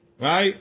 right